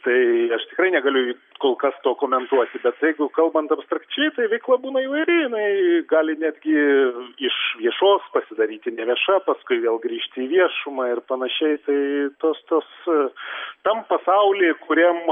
tai aš tikrai negaliu kol kas to komentuoti bet jeigu kalbant abstrakčiai tai veikla būna įvairi jinai gali netgi iš viešos pasidaryti nevieša paskui vėl grįžti į viešumą ir panašiai tai tos tos tam pasauly kuriam